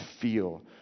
feel